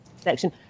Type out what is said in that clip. section